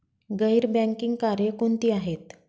गैर बँकिंग कार्य कोणती आहेत?